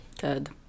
Good